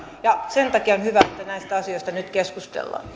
ja sen takia on hyvä että näistä asioista nyt keskustellaan